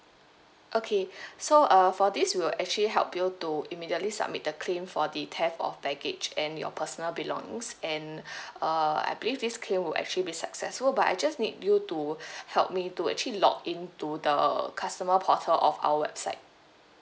okay so uh for this we'll actually help you to immediately submit the claim for the theft of baggage and your personal belongings and uh I believe this claim will actually be successful but I just need you to help me to actually log in to the customer portal of our website